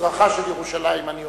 במזרחה של ירושלים, אני אומר.